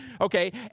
Okay